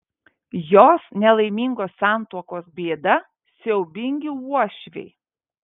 jos nelaimingos santuokos bėda siaubingi uošviai